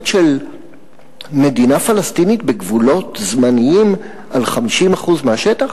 של מדינה פלסטינית בגבולות זמניים על 50% מהשטח,